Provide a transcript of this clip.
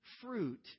fruit